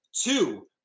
two